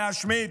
להשמיד